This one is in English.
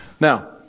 Now